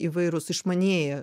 įvairūs išmanieji